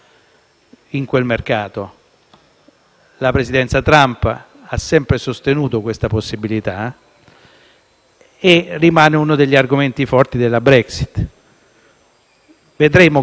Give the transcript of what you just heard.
La presidenza Trump ha sempre sostenuto questa possibilità, che rimane uno degli argomenti forti della Brexit. Vedremo come andrà a finire.